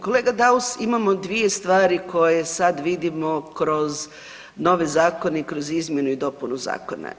Kolega Daus, imamo dvije stvari koje sad vidimo kroz nove zakone i kroz izmjenu i dopunu zakona.